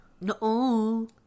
No